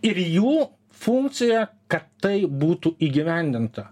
ir jų funkcija kad tai būtų įgyvendinta